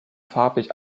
farblich